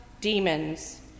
demons